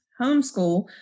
homeschool